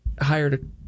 hired